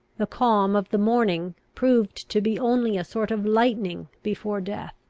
the calm of the morning proved to be only a sort of lightening before death.